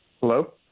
Hello